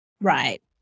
Right